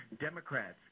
Democrats